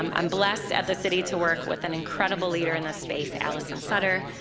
um i'm blessed, at the city, to work with an incredible leader in this space, alison sutter.